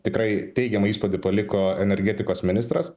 tikrai teigiamą įspūdį paliko energetikos ministras